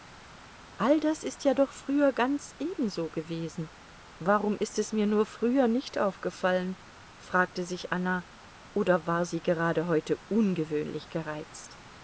all das ist ja doch früher ganz ebenso gewesen warum ist es mir nur früher nicht aufgefallen fragte sich anna oder war sie gerade heute ungewöhnlich gereizt